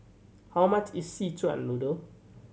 how much is Szechuan Noodle